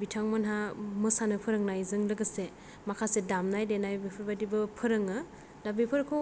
बिथांमोनहा मोसानो फोरोंनायजों लोगोसे माखासे दामनाय देनाय बेफोरबादिबो फोरोङो दा बेफोरखौ